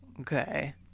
Okay